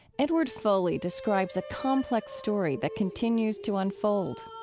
edward foley describes a complex story that continues to unfold